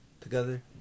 together